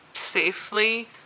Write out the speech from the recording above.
safely